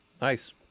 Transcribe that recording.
Nice